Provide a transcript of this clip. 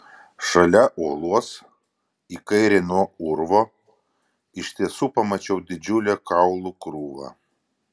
šalia uolos į kairę nuo urvo iš tiesų pamačiau didžiulę kaulų krūvą